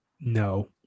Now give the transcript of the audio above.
No